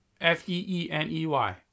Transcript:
F-E-E-N-E-Y